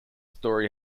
story